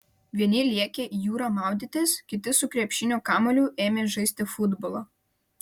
vieni lėkė į jūrą maudytis kiti su krepšinio kamuoliu ėmė žaisti futbolą